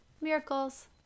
Miracles